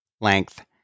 length